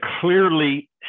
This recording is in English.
clearly